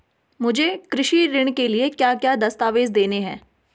मुझे कृषि ऋण के लिए क्या क्या दस्तावेज़ देने हैं?